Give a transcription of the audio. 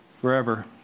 forever